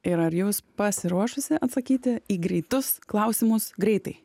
ir ar jūs pasiruošusi atsakyti į greitus klausimus greitai